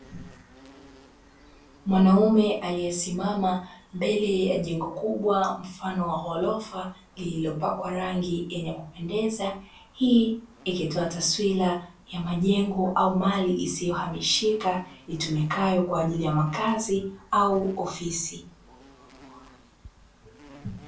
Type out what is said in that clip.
Mwanaume aliyesimama mbele ya jengo kubwa mfano wa ghorofa lililopakwa rangi yenye kupendeza, hii ikitoa taswira ya majengo au mali isiyohamishika itumikayo kwa ajili ya makazi au ofisi.